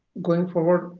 going forward,